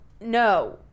No